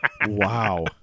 Wow